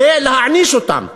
כדי להעניש אותם,